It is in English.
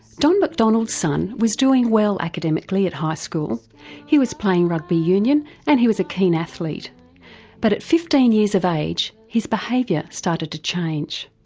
don mcdonald's son was doing well academically at high school he was playing rugby union and he was a keen athlete but at fifteen years of age his behaviour started to change.